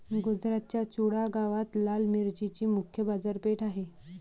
गुजरातच्या चुडा गावात लाल मिरचीची मुख्य बाजारपेठ आहे